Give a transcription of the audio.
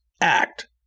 act